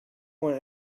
want